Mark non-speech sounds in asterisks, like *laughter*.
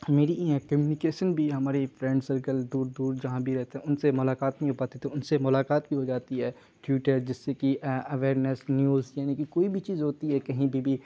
میری *unintelligible* کمیونیکیشن بھی ہماری فرینڈ سرکل دور دور جہاں بھی رہتے ہیں ان سے ملاقات نہیں ہو پاتی تو ان سے ملاقات بھی ہو جاتی ہے ٹوٹر جس سے کہ اویرنس نیوز یعنی کہ کوئی بھی چیز ہوتی ہے کہیں پہ بھی